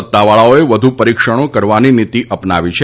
સત્તાવાળાઓએ વધુ પરિક્ષણો કરવાની નીતી અપનાવી છે